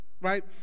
right